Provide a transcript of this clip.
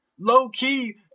Low-key